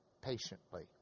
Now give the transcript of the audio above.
patiently